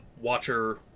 watcher